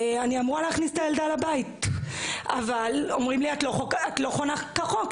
אני אמורה להכניס את הילדה לבית אבל אומרים לי: את לא חונה כחוק,